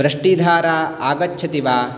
वृष्टिधारा आगच्छति वा